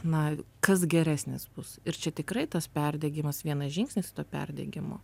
na kas geresnis bus ir čia tikrai tas perdegimas vienas žingsnis tuo perdegimu